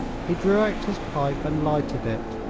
he drew out his pipe and lighted it,